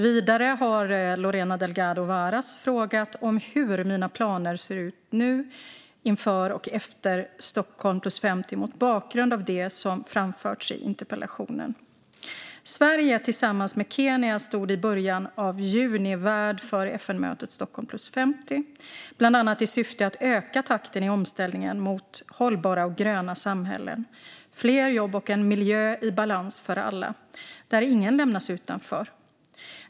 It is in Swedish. Vidare har Lorena Delgado Varas frågat hur mina planer ser ut inför och efter Stockholm + 50, mot bakgrund av det som framförts i interpellationen. Sverige stod tillsammans med Kenya i början av juni värd för FN-mötet Stockholm + 50, bland annat i syfte att öka takten i omställningen mot hållbara och gröna samhällen, fler jobb och en miljö i balans för alla, där ingen lämnas utanför.